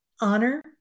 honor